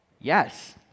Yes